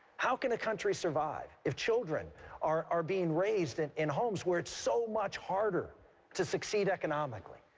how can a country survive if children are are being raised and in homes where it's so much harder to succeed economically?